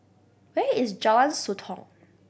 where is Jalan Sotong